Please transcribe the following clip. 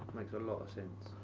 makes a lot of sense.